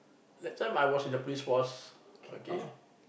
last time I was in the Police Force okay